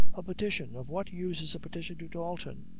a petition! of what use is a petition to dalton?